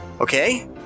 Okay